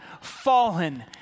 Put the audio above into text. fallen